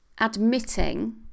admitting